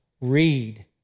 read